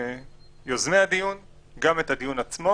יוזמי הדיון וגם את הדיון עצמו.